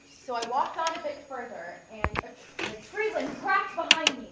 so i walked on a bit further, and and a tree limb cracked behind